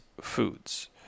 foods